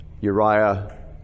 Uriah